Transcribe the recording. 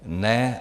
Ne.